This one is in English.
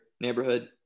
neighborhood